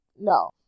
no